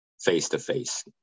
face-to-face